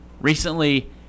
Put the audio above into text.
recently